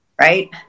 right